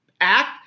act